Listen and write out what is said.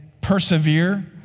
persevere